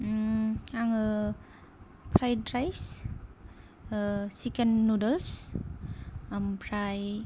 आह आङो fried rice ah chicken noodles ओमफ्राय